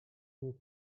nic